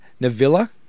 navilla